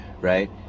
right